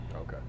Okay